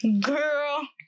Girl